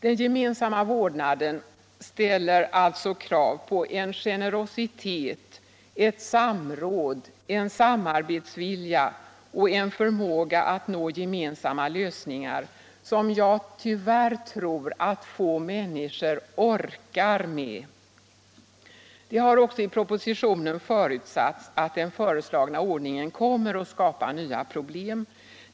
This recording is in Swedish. Den gemensamma vårdnaden ställer alltså krav på en generositet, ett samråd, en samarbetsvilja och en förmåga att nå gemensamma lösningar som jag tyvärr tror att få människor orkar med. Det har också i propositionen förutsatts att den föreslagna ordningen kommer att skapa nya problem.